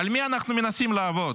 על מי אנחנו מנסים לעבוד?